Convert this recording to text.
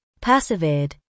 persevered